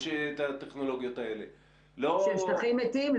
של שטחים מתים?